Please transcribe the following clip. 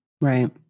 Right